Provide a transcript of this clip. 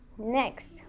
Next